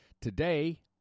Today